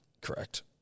Correct